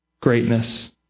greatness